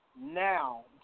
now